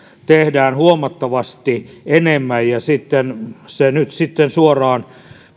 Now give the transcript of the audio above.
tehdään huomattavasti enemmän ja se nyt sitten suoraan